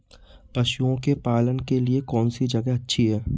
पशुओं के पालन के लिए कौनसी जगह अच्छी है?